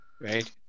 Right